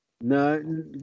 No